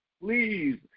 please